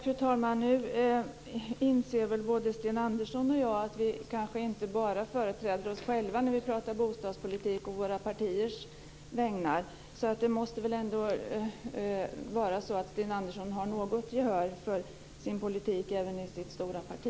Fru talman! Nu inser väl både Sten Andersson och jag att vi kanske inte bara företräder oss själva när vi talar om bostadspolitik å våra partiers vägnar. Det måste väl ändå vara så att Sten Andersson har något gehör för sin politik även i sitt stora parti.